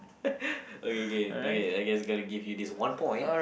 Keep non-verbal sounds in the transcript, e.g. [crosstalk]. [laughs] okay K okay I guess I'm gonna give you this one point